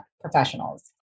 Professionals